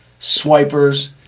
Swipers